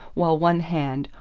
while one hand,